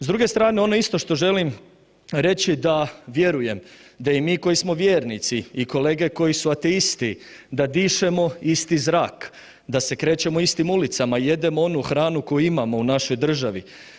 S druge strane ono isto što želim reći da vjerujem da i mi koji smo vjernici i kolege koji su ateisti da dišemo isti zrak, da se krećemo istim ulicama, jedemo onu hranu koju imamo u našoj državi.